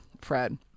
Fred